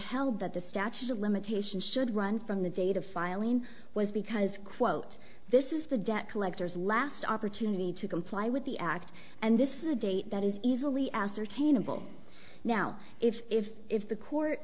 that the statute of limitations should run from the date of filing was because quote this is the debt collectors last opportunity to comply with the act and this is a date that is easily ascertainable now if if if the court